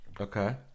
Okay